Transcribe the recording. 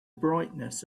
brightness